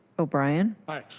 o'brien. aye.